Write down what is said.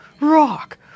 Rock